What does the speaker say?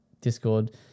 Discord